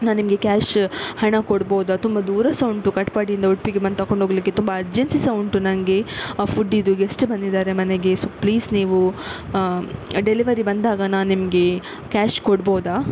ನಾನು ನಿಮಗೆ ಕ್ಯಾಶ್ ಹಣ ಕೊಡ್ಬೋದ ತುಂಬ ದೂರ ಸಹ ಉಂಟು ಕಾಟ್ಪಾಡಿಯಿಂದ ಉಡುಪಿಗೆ ಬಂದು ತಗೊಂಡು ಹೋಗ್ಲಿಕ್ಕೆ ತುಂಬ ಅರ್ಜೆನ್ಸಿ ಸಹ ಉಂಟು ನನಗೆ ಆ ಫುಡ್ಡಿಂದು ಗೆಸ್ಟ್ ಬಂದಿದ್ದಾರೆ ಮನೆಗೆ ಸೊ ಪ್ಲೀಸ್ ನೀವು ಡೆಲಿವರಿ ಬಂದಾಗ ನಾನು ನಿಮಗೆ ಕ್ಯಾಶ್ ಕೊಡ್ಬೋದಾ